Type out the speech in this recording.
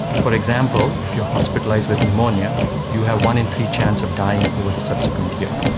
for example, if you are hospitalised with pneumonia you have one in three chance of dying over the subsequent year,